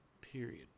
period